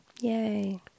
Yay